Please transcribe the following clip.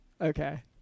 Okay